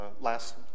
last